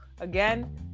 again